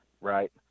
right